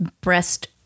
breast